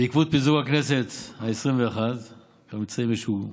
בעקבות פיזור הכנסת העשרים-ואחת אנחנו נמצאים באיזשהו כאוס.